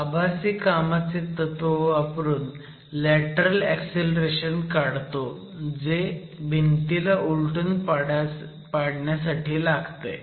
आणि आभासी कामाचे तत्व वापरून लॅटरल ऍक्सिलरेशन काढतो जे भिंतीला उलटून पाडण्यासाठी लागतंय